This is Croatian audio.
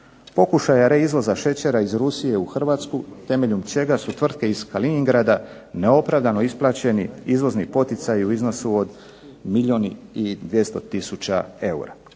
pokušaja reizvoza šećera iz Rusije u Hrvatsku temeljem čega su tvrtke iz Kalinjin grada neopravdano isplaćeni izvozni poticaji u iznosu od miliju 200 tisuća